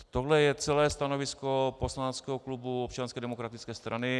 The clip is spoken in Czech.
Tohle je celé stanovisko poslaneckého klubu Občanské demokratické strany.